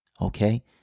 Okay